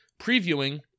previewing